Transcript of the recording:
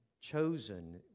chosen